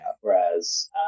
Whereas